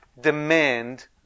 demand